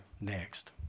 next